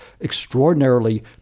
extraordinarily